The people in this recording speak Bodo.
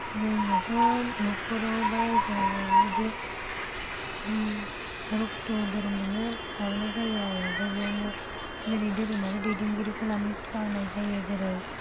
जोंहाथ' न'खराव बा राइजोआव बिदि रक्त' धोरोमजोंनो माबानाय जायो आरो ओमफ्राय बेयावनो ओरै धोरोमारि दैदेनगिरिखौ लानानै फुजा होनाय जायो जेरै